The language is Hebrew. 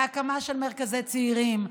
בהקמה של מרכזי צעירים,